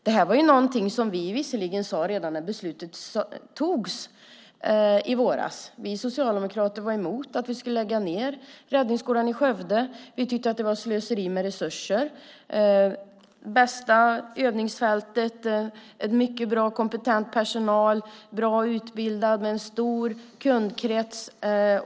Detta sade vi visserligen redan när beslutet fattades i våras. Vi socialdemokrater var emot nedläggningen av Räddningsskolan i Skövde. Vi tyckte att det var slöseri med resurser. Där finns det bästa övningsfältet, mycket bra och kompetent personal, välutbildad och med stor kundkrets.